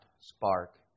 spark